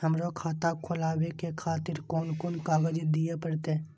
हमरो खाता खोलाबे के खातिर कोन कोन कागज दीये परतें?